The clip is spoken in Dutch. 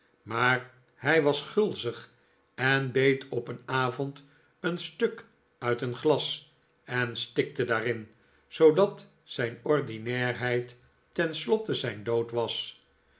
maar hij was gulzig en beet op een avond een stuk uit een glas en stikte daarin zoodat zijn ordinairheid ten slotte zijn doad was